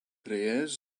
reyes